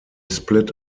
split